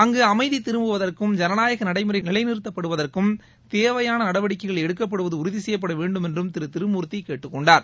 அங்குஅமைதிதிரும்புவதற்கும் ஜனநாயகநடைமுறைகள் நிலைநிறுத்தப்படுவதற்கும் தேவையானநடவடிக்கைகள் எடுக்கப்படுவதுஉறுதிசெய்யப்படவேண்டுமென்றும் திருதிருமூர்த்திகேட்டுக் கொண்டார்